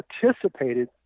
participated